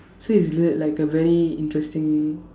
so he's l~ like a very interesting